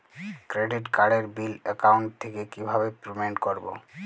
Credit কার্ডের bill account থেকে কিভাবে পেমেন্ট করবো?